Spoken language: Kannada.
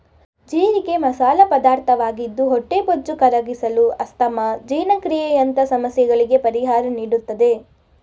ಜೀರಿಗೆ ಮಸಾಲ ಪದಾರ್ಥವಾಗಿದ್ದು ಹೊಟ್ಟೆಬೊಜ್ಜು ಕರಗಿಸಲು, ಅಸ್ತಮಾ, ಜೀರ್ಣಕ್ರಿಯೆಯಂತ ಸಮಸ್ಯೆಗಳಿಗೆ ಪರಿಹಾರ ನೀಡುತ್ತದೆ